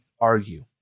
argue